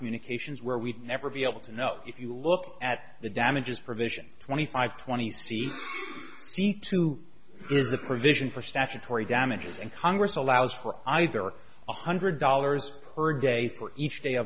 communications where we'd never be able to know if you look at the damages provision twenty five twenty two is the provision for statutory damages and congress allows for either one hundred dollars per day for each day a